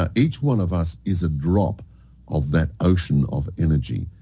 ah each one of us is a drop of that ocean of energy.